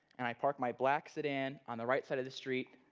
and i park my black sedan on the right side of the street,